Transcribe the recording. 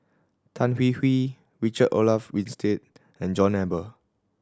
Tan Hwee Hwee Richard Olaf Winstedt and John Eber